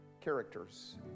characters